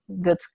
good